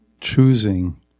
choosing